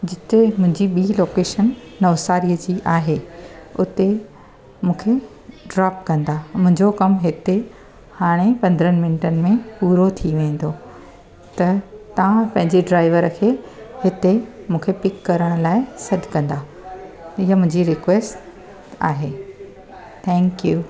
जिते मुंहिंजी ॿी लोकेशन नवसारीअ जी आहे उते मूंखे ड्रॉप कंदा मुंहिंजो कम हिते हाणे पंद्रहं मिंटनि में पूरो थी वेंदो त तव्हां पंहिंजे ड्राइवर खे हिते मूंखे पिक करण लाइ सॾु कंदा हीअ मुंहिंजी रिक़्वेस्ट आहे थैंक्यू